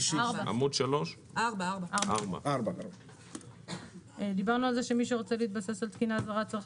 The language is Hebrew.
עמוד 4. דיברנו על זה שמי שרוצה להתבסס על תקינה זרה צריך